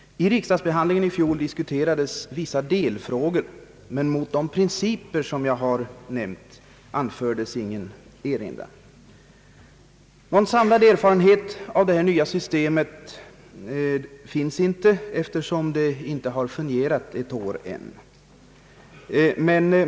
Vid riksdagsbehandlingen i fjol diskuterades vissa delfrågor, men mot de principer jag har nämnt anfördes ingen erinran. Någon samlad erfarenhet av det nya systemet finns inte eftersom det ännu inte har fungerat ett helt år.